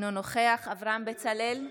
אינו נוכח אברהם בצלאל,